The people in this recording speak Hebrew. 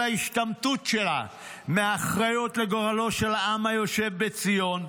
ההשתמטות שלה מאחריות לגורלו של העם היושב בציון,